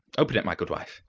open it, my good wife.